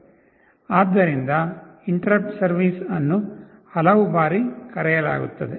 ಆದ್ದರಿಂದ interrupt service ಅನ್ನು ಹಲವು ಬಾರಿ ಕರೆಯಲಾಗುತ್ತದೆ